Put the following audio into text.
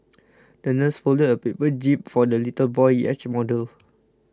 the nurse folded a paper jib for the little boy's yacht model